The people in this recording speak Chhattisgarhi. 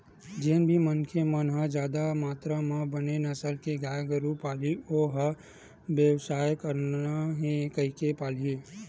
जेन भी मनखे मन ह जादा मातरा म बने नसल के गाय गरु पालही ओ ह बेवसायच करना हे कहिके पालही